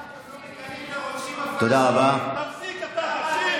למה אתם לא מגנים את הרוצחים הפלסטינים?